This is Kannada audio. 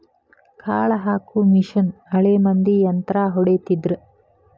ಕಾಳ ಹಾಕು ಮಿಷನ್ ಹಳೆ ಮಂದಿ ಯಂತ್ರಾ ಹೊಡಿತಿದ್ರ